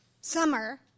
summer